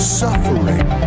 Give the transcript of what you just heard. suffering